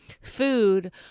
food